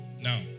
Now